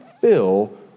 fill